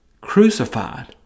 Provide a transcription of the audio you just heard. crucified